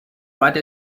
write